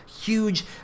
huge